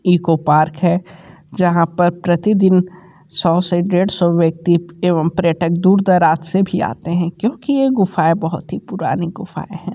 eco park है जहाँ पर प्रतिदिन सौ से डेढ़ सौ व्यक्ति एवं पर्यटक दूर दराज से भी आते हैं क्योंकि ये गुफाएं बहुत ही पुरानी गुफाएं हैं